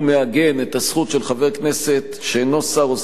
והוא מעגן את הזכות של חבר כנסת שאינו שר או